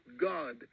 God